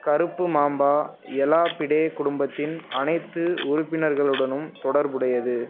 கருப்பு mamba Elapidae குடும்பத்தின் அனைத்து உறுப்பினர்களுடனும் தொடர்புடையது